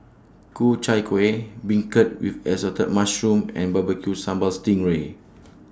Ku Chai Kuih Beancurd with Assorted Mushrooms and Barbecue Sambal Sting Ray